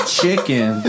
chicken